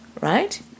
right